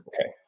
Okay